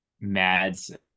Mads